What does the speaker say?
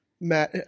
Matt